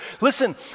Listen